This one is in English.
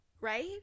right